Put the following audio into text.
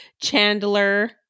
Chandler